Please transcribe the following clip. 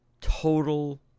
total